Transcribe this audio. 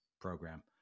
program